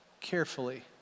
carefully